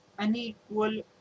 Unequal